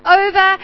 over